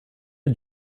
did